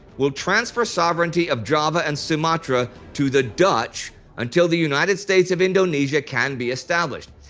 will transfer sovereignty of java and sumatra to the dutch until the united states of indonesia can be established.